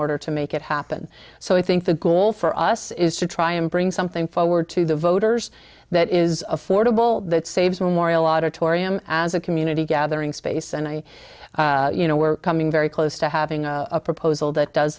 order to make it happen so i think the goal for us is to try and bring something forward to the voters that is affordable that saves memorial auditorium as a community gathering space and i you know we're coming very close to having a proposal that does